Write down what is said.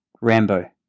Rambo